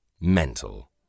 mental